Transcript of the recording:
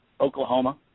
Oklahoma